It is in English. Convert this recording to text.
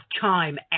time